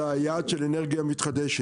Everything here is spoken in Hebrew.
אלא היעד של אנרגיה מתחדשת.